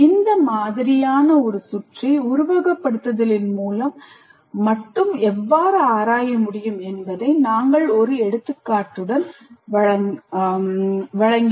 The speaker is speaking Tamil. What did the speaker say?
இந்த மாதிரியான ஒரு சுற்றை உருவகப்படுத்துதலின் மூலம் மட்டும் எவ்வாறு ஆராய முடியும் என்பதை நாங்கள் ஒரு எடுத்துக்காட்டுடன் வழங்கினோம்